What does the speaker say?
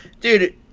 dude